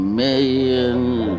millions